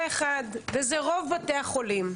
וזה רוב בתי החולים.